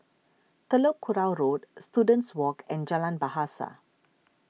Telok Kurau Road Students Walk and Jalan Bahasa